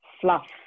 fluff